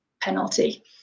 penalty